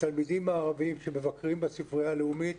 התלמידים בערבית שמבקרים בספרייה הלאומית,